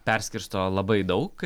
perskirsto labai daug